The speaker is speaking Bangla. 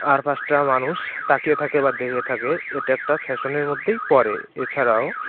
আর পাঁচটা মানুষ তাকিয়ে থাকে বা দেখে থাকে এটা একটা ফ্যাশনের মধ্যেই পড়ে এছাড়াও